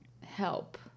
help